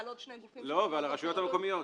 ועל עוד שני גופים --- ועל הרשויות המקומיות.